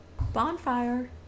Bonfire